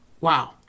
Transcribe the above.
Wow